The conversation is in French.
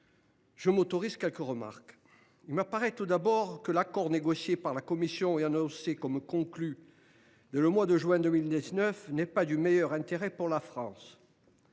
je m’autorise quelques remarques. Il m’apparaît tout d’abord que l’accord négocié par la Commission européenne et annoncé comme « conclu » dès le mois de juin 2019 n’est pas du meilleur intérêt pour la France.